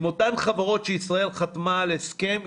לאותן חברות שישראל חתמה על הסכם,